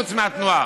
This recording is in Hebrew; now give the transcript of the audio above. חוץ מהתנועה.